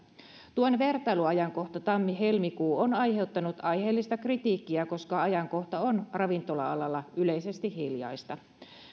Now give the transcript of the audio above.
tuen vertailuajankohta tammi helmikuu on aiheuttanut aiheellista kritiikkiä koska ajankohta on ravintola alalla yleisesti hiljaista